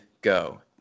go